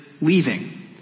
leaving